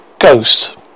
ghost